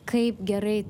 kaip gerai